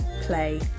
play